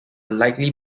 likely